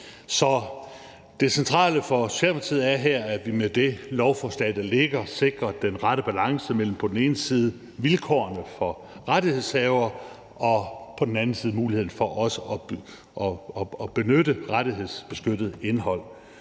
Så det centrale for Socialdemokratiet er her, at vi med det lovforslag, der ligger, sikrer den rette balance mellem på den ene side vilkårene for rettighedshavere og på den anden side muligheden for også at benytte rettighedsbeskyttet indhold,